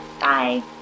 Bye